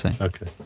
Okay